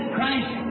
Christ